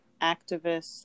activists